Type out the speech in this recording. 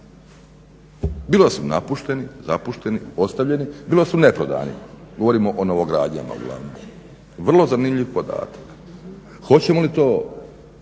Bilo da su napušteni, zapušteni, bilo da su neprodani, govorimo o novogradnjama uglavnom. Vrlo zanimljiv podatak, hoćemo li to